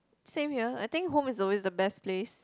same here I think home is always the best place